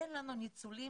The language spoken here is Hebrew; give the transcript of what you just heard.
שאין לנו ניצולים